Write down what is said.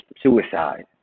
suicide